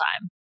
time